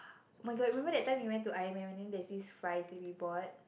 oh-my-god remember that time we went to I_M_M and then there's this fries that we bought